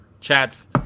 chats